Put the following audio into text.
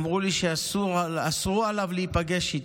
ואמרו לי שאסרו עליו להיפגש איתי.